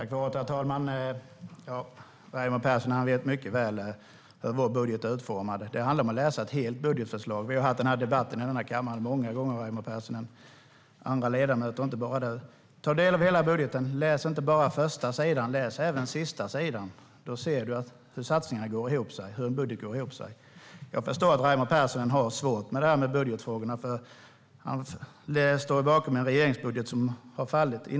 Herr talman! Raimo Pärssinen vet mycket väl hur vår budget är utformad. Det handlar om att läsa hela budgetförslaget. Jag har haft den här debatten många gånger med Raimo Pärssinen och andra ledamöter i denna kammare, inte bara du. Ta del av hela budgeten! Läs inte bara första sidan utan även sista sidan! Då ser du hur budgeten går ihop. Jag förstår att Raimo Pärssinen har svårt med budgetfrågorna, för han står ju bakom en regeringsbudget som har fallit.